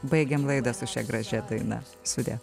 baigiam laidą sušia gražia daina sudie